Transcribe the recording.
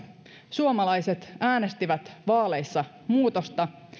suomalaiset äänestivät vaaleissa muutosta